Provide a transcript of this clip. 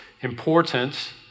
important